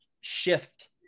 shift